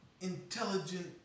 intelligent